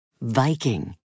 Viking